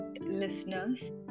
listeners